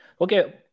Okay